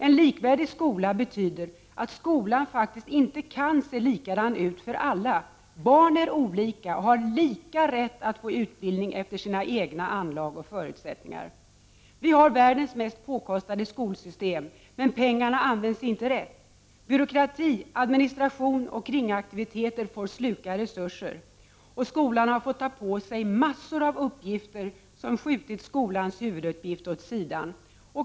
En likvärdig skola betyder att skolan faktiskt inte kan se likadan ut för alla. Barn är olika och har lika rätt att få utbildning efter sina egna anlag och förutsättningar. Vi har världens mest påkostade skolsystem men pengarna används inte rätt. Byråkrati, administration och kringaktiviteter får sluka resurser. Skolan har fått ta på sig massor av uppgifter som skjutit skolans huvuduppgift åt sidan.